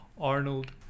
Arnold